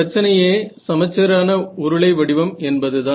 பிரச்சனையே சமச்சீரான உருளை வடிவம் என்பதுதான்